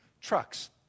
trucks